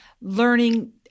learning